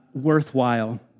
worthwhile